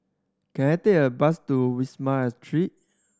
can I take a bus to Wisma Atria